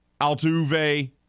Altuve